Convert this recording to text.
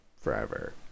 Forever